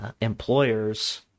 employers